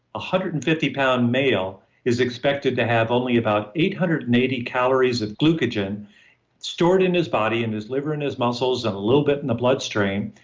hundred and fifty pound male is expected to have only about eight hundred and eighty calories of glycogen stored in his body, in his liver, in his muscles, and a little bit in the bloodstream,